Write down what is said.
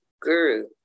guru